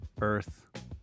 Earth